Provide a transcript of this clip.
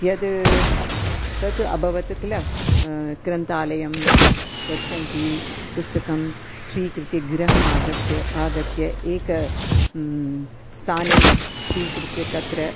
यद् तत् अभवत् किल ग्रन्थालयं गच्छति पुस्तकं स्वीकृत्य गृहम् आगच्च आगत्य एकं स्थानं स्वीकृत्य तत्र